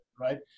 right